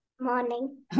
Morning